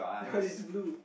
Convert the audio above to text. no is blue